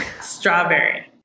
Strawberry